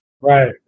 Right